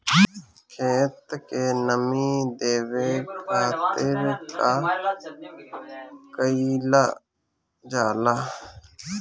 खेत के नामी देवे खातिर का कइल जाला?